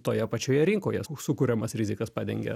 toje pačioje rinkoje sukuriamas rizikas padengia